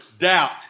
doubt